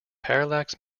parallax